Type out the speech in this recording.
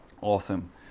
Awesome